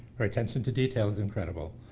her attention to detail is incredible.